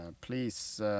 please